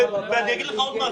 ואני אגיד לך עוד משהו.